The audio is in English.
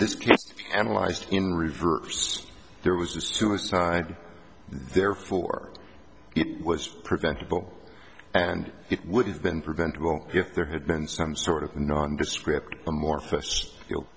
this analyzed in reverse there was a suicide therefore it was preventable and it would've been preventable if there had been some sort of nondescript amorphous